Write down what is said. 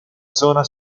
zona